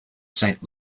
saint